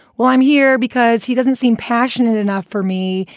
well, i'm here because he doesn't seem passionate enough for me.